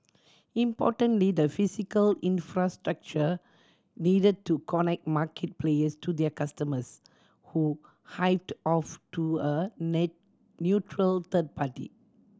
importantly the physical infrastructure needed to connect market players to their customers who hived off to a neutral third party